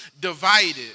divided